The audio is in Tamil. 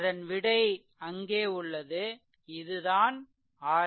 அதன் விடை அங்கே உள்ளதுஇது தான் RThevenin